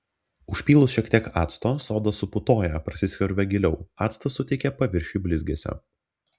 užpylus šiek tiek acto soda suputoja prasiskverbia giliau actas suteikia paviršiui blizgesio